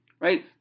Right